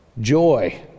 joy